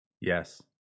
Yes